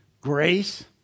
Grace